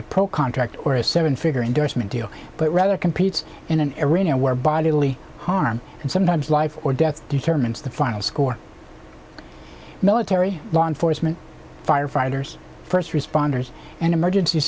a pro contract or a seven figure endorsement deal but rather competes in an arena where bodily harm and sometimes life or death determines the final score military law enforcement firefighters first responders and emergency